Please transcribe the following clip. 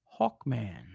Hawkman